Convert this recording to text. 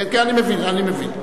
אני מבין.